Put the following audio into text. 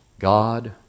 God